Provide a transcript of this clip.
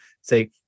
say